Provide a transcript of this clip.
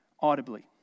audibly